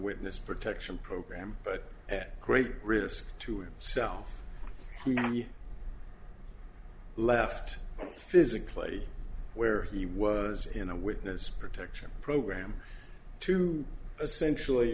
witness protection program but at great risk to himself he left physically where he was in a witness protection program to essentially